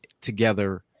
together